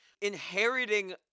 inheriting